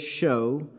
show